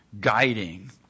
guiding